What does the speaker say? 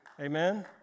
Amen